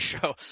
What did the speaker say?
show